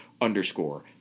underscore